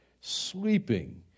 sleeping